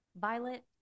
Violet